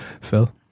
Phil